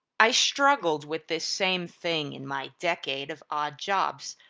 i struggled with this same thing in my decade of odd jobs.